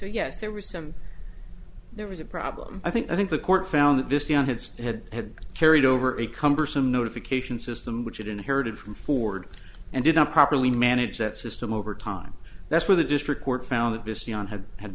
yes there were some there was a problem i think i think the court found this thing on its head had carried over it cumbersome notification system which it inherited from ford and did not properly manage that system over time that's where the district court found that visteon had had